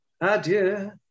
adieu